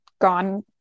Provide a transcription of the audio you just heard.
gone